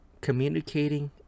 communicating